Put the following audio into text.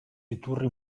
iturri